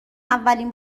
اولین